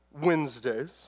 Wednesdays